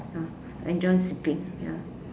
ah enjoy sleeping ya